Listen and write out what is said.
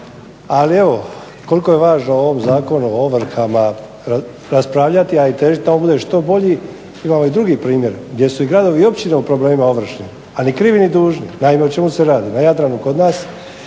ali evo koliko je važno u ovom Zakonu o ovrhama raspravljati a i težiti da on bude što bolji. Imamo i drugi primjer gdje su i gradovi i općine u problemima ovršne a ni krivi ni dužni. Naime, o čemu se radi? Na Jadranu kod nas